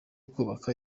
kubaka